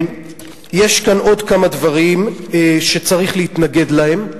יש כאן עוד כמה דברים שצריך להתנגד להם.